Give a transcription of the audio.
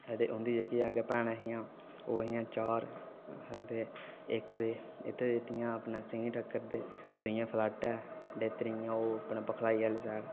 ते दी जेह्की अग्गै भैनां हियां ओह् हियां चार ते इक ते इत्थै दित्ती दियां हियां सिहीठकर ते दूइयां फलाटै ते त्रीआं ओह् अपने पखलाई साईड